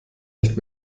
nicht